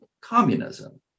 communism